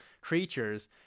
creatures